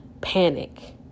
panic